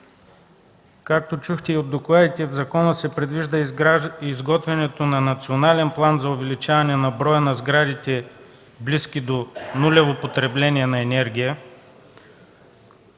Както чухте и от докладите, в закона се предвижда изготвянето на национален план за увеличаване на броя на сградите, близки до нулево потребление на енергия.